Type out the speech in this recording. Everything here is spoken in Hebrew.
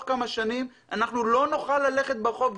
כמה שנים אנחנו לא נוכל ללכת ברחוב.